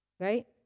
Right